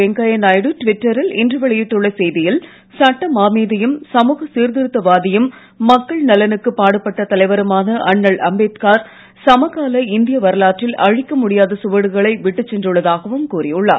வெங்கையா நாயுடு ட்விட்டரில் இன்று வெளியிட்டுள்ள செய்தியில் சட்ட மாமேதையும் சமூக சீர்திருத்தவாதியும் மக்கள் நலனுக்கு பாடுபட்ட தலைவருமான அண்ணல் அம்பேத்கார் சமகால இந்திய வரலாற்றில் அழிக்க முடியாத சுவடுகளை விட்டுச் சென்றுள்ளதாகவும் கூறியுள்ளார்